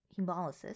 hemolysis